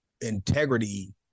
integrity